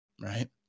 right